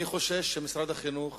אני חושש שמשרד החינוך